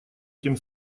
тем